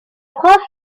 france